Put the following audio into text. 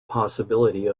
possibility